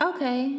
Okay